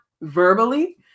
verbally